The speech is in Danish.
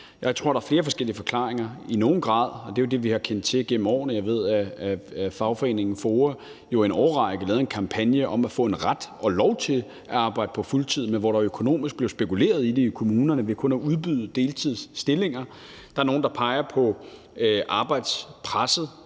Jeg tror, at der er flere forskellige forklaringer i nogen grad, og det er det, vi har kendt til igennem årene. Jeg ved, at fagforeningen FOA jo i en årrække lavede en kampagne om at få en ret og lov til at arbejde på fuld tid, men hvor der økonomisk blev spekuleret i det i kommunerne ved kun at udbyde deltidsstillinger. Der er nogle, der peger på arbejdspresset